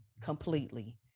completely